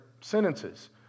sentences